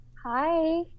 Hi